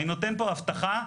אני נותן פה הבטחה,